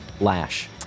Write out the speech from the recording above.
Lash